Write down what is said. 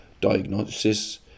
Diagnosis